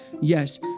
Yes